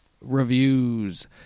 reviews